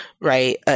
right